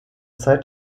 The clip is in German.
zeit